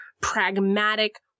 pragmatic